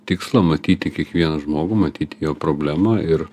tikslą matyti kiekvieną žmogų matyti jo problemą ir